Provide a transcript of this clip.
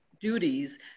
duties